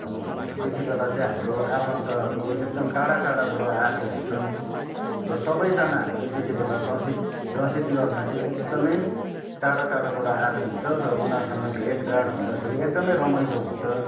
त्यतिबेला चाहिँ हाम्रो आफन्तहरू एकदम टाडा टाडाबाट आएको हुन्छन् र सबैजना हामी त्यतिबेला दसैँ दसैँ तिहारमा चाहिँ एकदमै टाडा टाडाबाट आएको हुन्छ र उनीहरूसँग भेटघाट हुँदाखेरि एकदमै रमाइलो हुन्छ